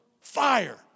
fire